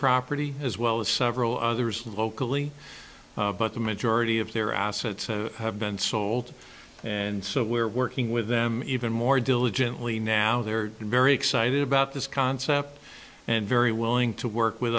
property as well as several others locally but the majority of their assets have been sold and so we're working with them even more diligently now they're very excited about this concept and very willing to work with